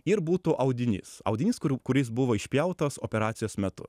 ir būtų audinys audinys kurių kuris buvo išpjautas operacijos metu